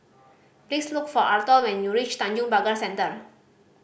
please look for Arthor when you reach Tanjong Pagar Center